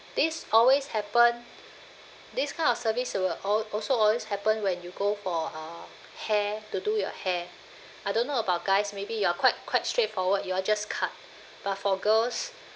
this always happen this kind of service will al~ also always happen when you go for uh hair to do your hair I don't know about guys maybe you are quite quite straightforward you all just cut but for girls